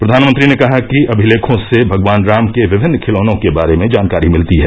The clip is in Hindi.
प्रधानमंत्री ने कहा कि अभिलेखों से भगवान राम के विभिन्न खिलौनों के बारे में जानकारी मिलती है